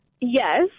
Yes